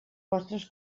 vostres